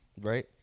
right